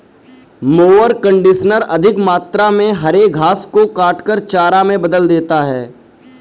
mower conditioner अधिक मात्रा में हरे घास को काटकर चारा में बदल देता है